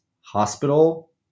hospital